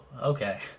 okay